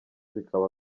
bikaba